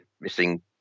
missing